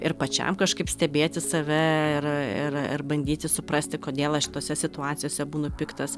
ir pačiam kažkaip stebėti save ir ir ir bandyti suprasti kodėl aš tose situacijose būnu piktas